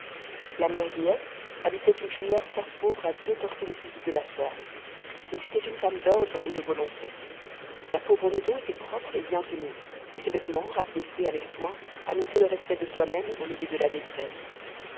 la mère guillette habitait une chaumière fort pauvre à deux portées de fusil de la ferme mais c'était une femme d'ordre et de volonté sa pauvre maison était propre et bien tenue et ses vêtements rapiécés avec soin annonçaient le respect de soi-même au milieu de la détresse